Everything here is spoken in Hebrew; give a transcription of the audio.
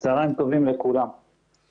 מים שיזרמו כמובן בסמוך לבית